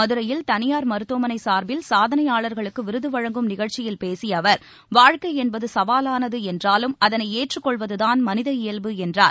மதுரையில் தனியார் மருத்துவமனை சார்பில் சாதனையாளர்களுக்கு விருது வழங்கும் நிகழ்ச்சியில் பேசிய அவர் வாழ்க்கை என்பது சவாவானது என்றாலும் அதனை ஏற்றுக் கொள்வதுதான் மனித இயல்பு என்றார்